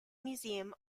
museum